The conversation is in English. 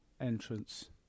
entrance